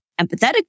empathetic